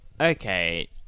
okay